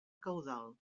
caudal